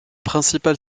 principal